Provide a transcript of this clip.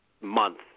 month